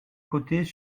cotées